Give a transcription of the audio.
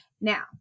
now